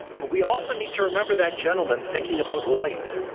but we also need to remember that gentleman thinking about light